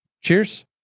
Cheers